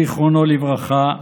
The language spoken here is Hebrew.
זיכרונו לברכה,